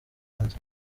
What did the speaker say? hanze